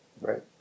right